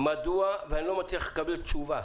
מדוע ואני לא מצליח תשובה: